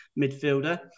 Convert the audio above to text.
midfielder